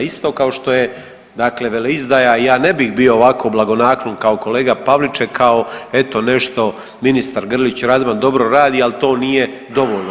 Isto kao što je dakle veleizdaja i ja ne bih bio ovako blagonaklon kao kolega Pavliček kao eto nešto ministar Grlić Radman dobro radi ali to nije dovoljno.